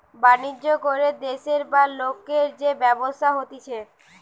বাণিজ্য করে দেশের বা লোকের যে ব্যবসা হতিছে